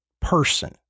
person